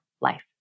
life